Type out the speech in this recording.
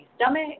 stomach